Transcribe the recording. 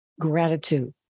gratitude